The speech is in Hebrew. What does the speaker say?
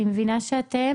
אני מבינה שאתם